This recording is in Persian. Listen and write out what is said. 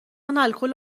الکل